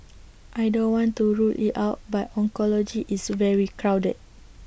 I don't want to rule IT out but oncology is very crowded